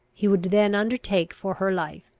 he would then undertake for her life.